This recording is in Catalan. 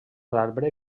arbre